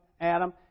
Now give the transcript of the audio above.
Adam